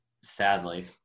sadly